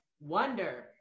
Wonder